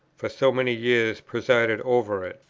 for so many years presided over it.